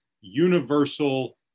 universal